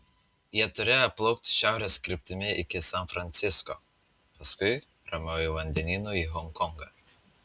jie turėjo plaukti šiaurės kryptimi iki san francisko paskui ramiuoju vandenynu į honkongą